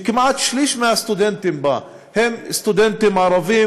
שכמעט שליש מהסטודנטים בה הם סטודנטים ערבים,